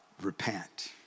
repent